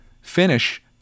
finish